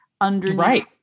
underneath